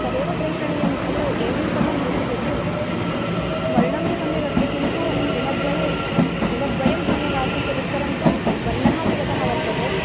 तदेव प्रेषणीयं खलु एवं सर्वं प्रेष्यते किं वर्णं तु सम्यगस्ति किन्तु दिनद्वये दिनद्वयं सम्यगासीत् तदुत्तरं तु वर्णः अपि गतः वर्तते